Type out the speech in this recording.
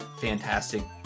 fantastic